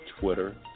Twitter